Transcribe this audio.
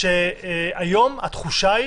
היום התחושה היא